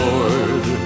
Lord